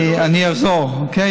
אני אחזור, אוקיי?